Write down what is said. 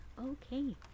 Okay